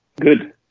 good